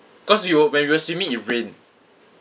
cause we were when we were swimming it rained